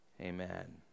Amen